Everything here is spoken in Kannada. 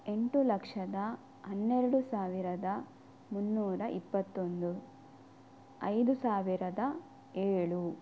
ಎಂಟು ಲಕ್ಷದ ಹನ್ನೆರಡು ಸಾವಿರದ ಮುನ್ನೂರ ಇಪ್ಪತ್ತೊಂದು ಐದು ಸಾವಿರದ ಏಳು